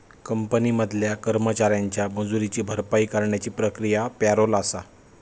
company मधल्या कर्मचाऱ्यांच्या मजुरीची भरपाई करण्याची प्रक्रिया पॅरोल आसा